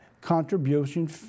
contribution